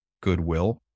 goodwill